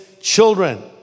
children